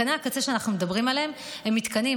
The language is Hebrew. מתקני הקצה שאנחנו מדברים עליהם הם מתקנים,